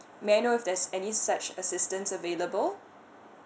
may I know if there's any such assistance available